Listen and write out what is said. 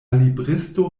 libristo